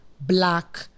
Black